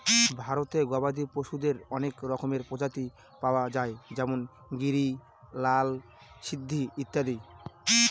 ভারতে গবাদি পশুদের অনেক রকমের প্রজাতি পাওয়া যায় যেমন গিরি, লাল সিন্ধি ইত্যাদি